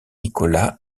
nicolas